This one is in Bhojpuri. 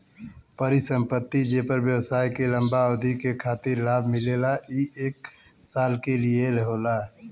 परिसंपत्ति जेपर व्यवसाय के लंबा अवधि के खातिर लाभ मिलला ई एक साल के लिये होला